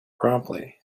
promptly